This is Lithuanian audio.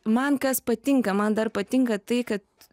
man kas patinka man dar patinka tai kad